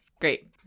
great